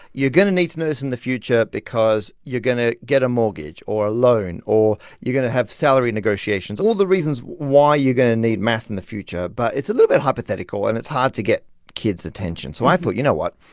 you're going to need to know this in the future because you're going to get a mortgage or a loan or you're going to have salary negotiations all the reasons why you're going to need math in the future but it's a little bit hypothetical, and it's hard to get kids' attention. so i thought, you know what?